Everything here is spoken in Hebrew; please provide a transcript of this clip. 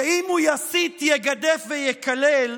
שאם הוא יסית, יגדף ויקלל,